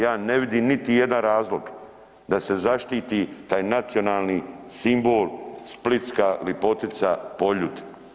Ja ne vidim niti jedan razlog da se zaštiti taj nacionalni simbol splitska lipotica Poljud.